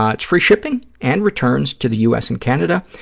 ah it's free shipping and returns to the u. s. and canada.